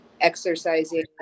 exercising